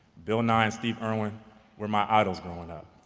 bill nye and steve irwin were my idols growing up.